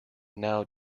now